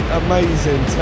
amazing